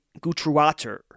Gutruater